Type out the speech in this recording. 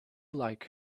like